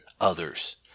others